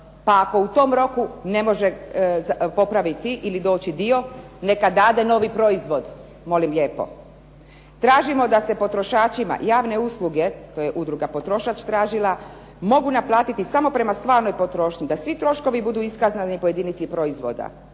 Pa ako u tom roku ne može popraviti ili doći dio neka dade novi proizvod. Tražimo da se potrošačima javne usluge, to je udruga „Potrošač“ tražila mogu naplatiti samo prema stvarnoj potrošnji da svi troškovi budu iskazani po jedinici proizvoda.